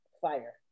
fire